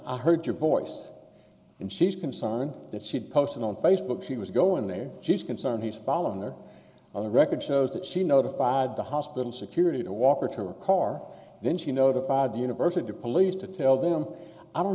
i heard her voice and she's concerned that she had posted on facebook she was going there she's concerned he's following there on the record shows that she notified the hospital security to walk her to a car then she notified the university police to tell them i don't